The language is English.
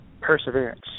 perseverance